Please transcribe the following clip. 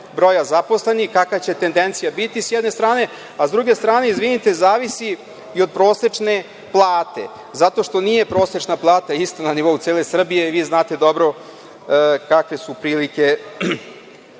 broja zaposlenih kakva će tendencija biti, s jedne strane, a s druge strane, izvinite, zavisi i od prosečne plate, zato što nije prosečna plata ista na nivou cele Srbije. Vi znate dobro kakve su prilike